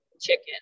chicken